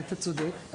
אתה צודק.